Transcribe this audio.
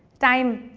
time.